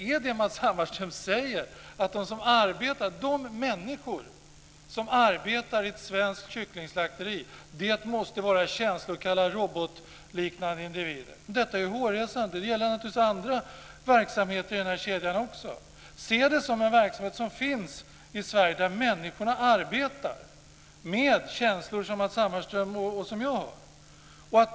Säger Matz Hammarström att de människor som arbetar i ett svenskt kycklingslakteri måste vara känslokalla, robotliknande individer? Det är hårresande. Det gäller naturligtvis också andra verksamheter i kedjan. Se det som en verksamhet som finns i Sverige, där människor med känslor som Matz Hammarström och jag arbetar.